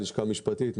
לשכה משפטית,